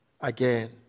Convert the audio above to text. again